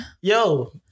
Yo